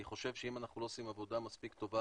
אני חושב שאם אנחנו לא עושים עבודה מספיק טובה